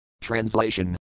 Translation